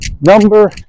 number